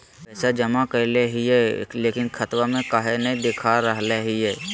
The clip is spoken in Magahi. पैसा जमा कैले हिअई, लेकिन खाता में काहे नई देखा रहले हई?